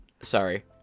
Sorry